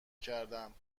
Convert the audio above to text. کردم